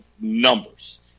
numbers